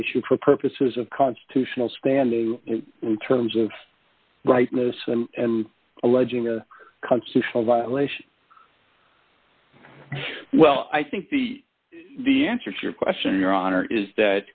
issue for purposes of constitutional standing in terms of rightness and alleging a constitutional violation well i think the the answer to your question your honor is that